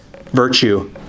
virtue